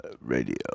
radio